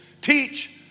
teach